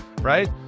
Right